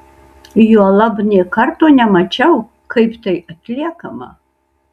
juolab nė karto nemačiau kaip tai atliekama